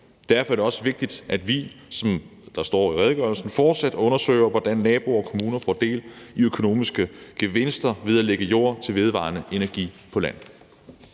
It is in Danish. Derfor er det også vigtigt, at vi, som der står i redegørelsen, fortsat undersøger, hvordan naboer og kommuner får del i økonomiske gevinster ved at lægge jord til vedvarende energi på land.